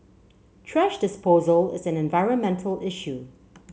thrash disposal is an environmental issue